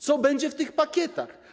Co będzie w tych pakietach?